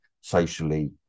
socially